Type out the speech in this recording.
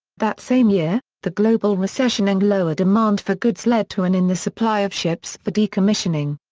that same year, the global recession and lower demand for goods led to an in the supply of ships for decommissioning.